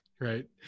Right